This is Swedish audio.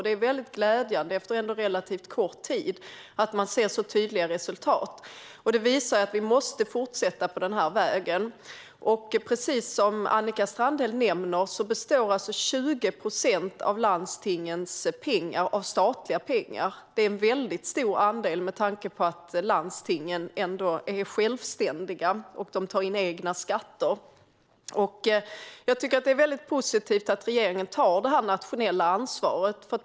Det är väldigt glädjande att man ser så tydliga resultat efter en relativt kort tid. Det visar att vi måste fortsätta på den här vägen. Precis som Annika Strandhäll nämner består 20 procent av landstingens pengar av statliga pengar. Det är en väldigt stor andel med tanke på att landstingen är självständiga och tar in egna skatter. Jag tycker att det är väldigt positivt att regeringen tar det här nationella ansvaret.